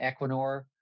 Equinor